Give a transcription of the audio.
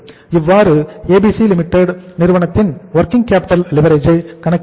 இவ்வாறு ABC Limited நிறுவனத்தின் working capital leverage கணக்கிட வேண்டும்